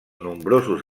nombrosos